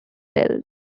built